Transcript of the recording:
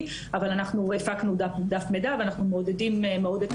אבל אנחנו הפקנו דף מידע ואנחנו מעודדים מאוד את